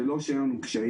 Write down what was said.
זה לא שאין לנו קשיים.